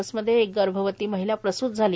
बसमध्ये एक गर्भवती महिला प्रसूत झाली